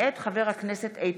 מאת חברי הכנסת רם